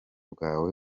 bwawe